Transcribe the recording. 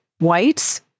whites